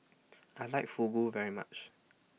I like Fugu very much